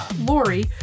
Lori